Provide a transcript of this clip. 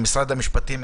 עם משרד המשפטים,